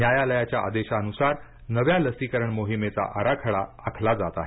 न्यायालयाच्या आदेशानुसार नव्या लसीकरण मोहिमेचा आराखडा आखला जात आहे